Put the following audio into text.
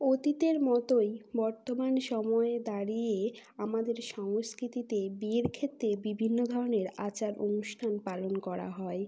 অতীতের মতোই বর্তমান সময়ে দাঁড়িয়ে আমাদের সংস্কৃতিতে বিয়ের ক্ষেত্রে বিভিন্ন ধরনের আচার অনুষ্ঠান পালন করা হয়